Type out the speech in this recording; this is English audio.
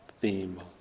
theme